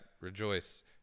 rejoice